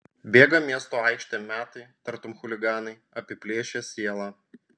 bėga miesto aikštėm metai tartum chuliganai apiplėšę sielą